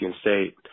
State